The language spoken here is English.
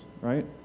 right